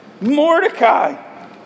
Mordecai